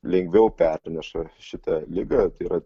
lengviau perneša šitą ligą tai yra